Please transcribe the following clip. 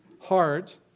heart